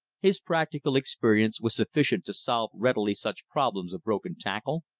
his practical experience was sufficient to solve readily such problems of broken tackle,